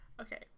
okay